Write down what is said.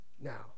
Now